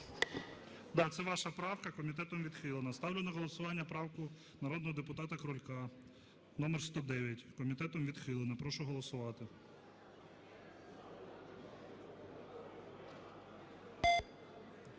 Да, це ваша правка. Комітетом відхилена. Ставлю на голосування правку народного депутата Крулька номер 109. Комітетом відхилена. Прошу голосувати.